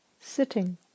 sitting